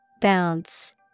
Bounce